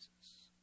Jesus